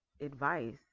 advice